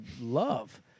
love